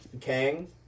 Kang